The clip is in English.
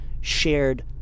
shared